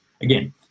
Again